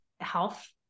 health